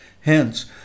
Hence